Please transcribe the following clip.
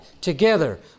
together